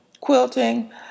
quilting